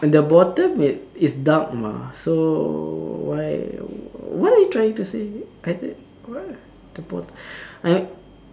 the bottom it is dark mah so why what are you trying to say I said what the bottom